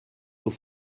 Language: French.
aux